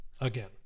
again